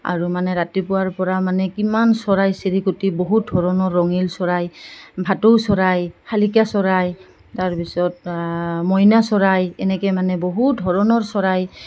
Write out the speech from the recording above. আৰু মানে ৰাতিপুৱাৰ পৰা মানে কিমান চৰাই চিৰিকটি বহুত ধৰণৰ ৰঙীণ চৰাই ভাটৌ চৰাই শালিকা চৰাই তাৰপিছত মইনা চৰাই এনেকৈ মানে বহু ধৰণৰ চৰাই